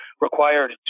required